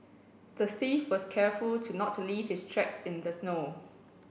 the thief was careful to not leave his tracks in the snow